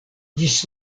ĝis